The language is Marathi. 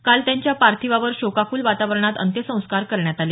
काल त्यांच्या पार्थिवावर शोकाकुल वातावरणात अंत्यसंस्कार करण्यात आले